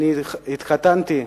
התחתנתי,